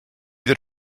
that